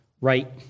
right